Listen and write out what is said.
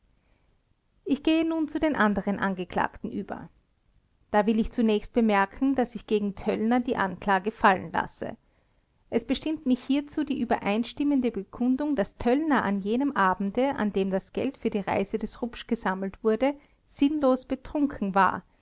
ich gehe nun zu den anderen angeklagten über da will ich zunächst bemerken daß ich gegen töllner die anklage fallen lasse es bestimmt mich hierzu die übereinstimmende bekundung daß töllner an jenem abende an dem das geld für die reise des rupsch gesammelt wurde sinnlos betrunken war